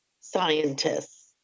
scientists